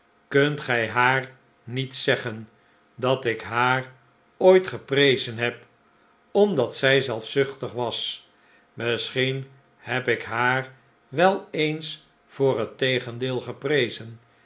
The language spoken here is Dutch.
kunt gij haar niet zeggen dat ik haar ooit geprezen heb omdat zij zelfzuchtig was misschien heb ik haar wel eens voor het tegendeel geprezen